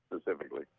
specifically